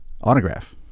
autograph